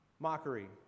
Mockery